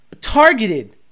targeted